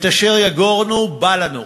אשר יגורנו בא לנו.